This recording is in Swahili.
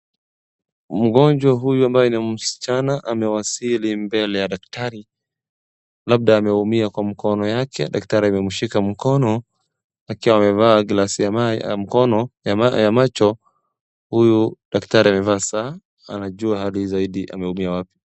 Mgonjwa huyu ambaye ni mschana amewasili mbele ya daktari. Labda ameumia kwa mkono yake daktari amemshika mkono akiwa amevaa glass ya mkono ya macho. Huyu daktari amevaa saa, anajua hali zaidi ameumia wapi.